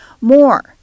more